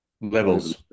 Levels